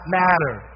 matter